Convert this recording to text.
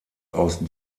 aus